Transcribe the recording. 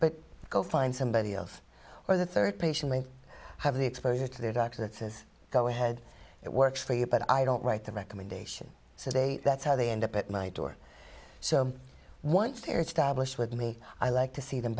but go find somebody else where the third patient may have the exposure to their doctor that says go ahead it works for you but i don't write the recommendation so they that's how they end up at my door so one theory stablish with me i like to see them